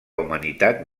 humanitat